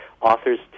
authors